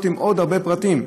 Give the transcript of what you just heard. עם פרטים רבים.